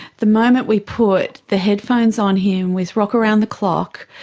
the moment we put the headphones on him with rock around the clock,